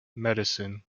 medicine